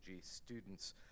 students